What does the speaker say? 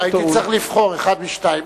הייתי צריך לבחור אחד משניים,